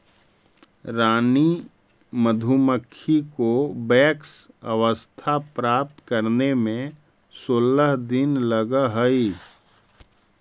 रानी मधुमक्खी को वयस्क अवस्था प्राप्त करने में सोलह दिन लगह हई